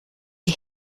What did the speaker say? die